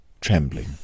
Trembling